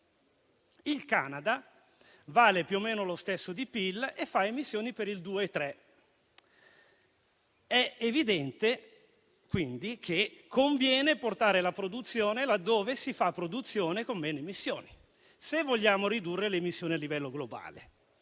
Il Canada vale più o meno lo stesso in termini di PIL e fa emissioni per il 2,3 per cento. È evidente, quindi, che conviene portare la produzione laddove si fa produzione con meno emissioni, se vogliamo ridurre le emissioni a livello globale.